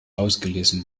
ausgelesen